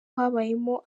habayemo